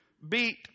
Beat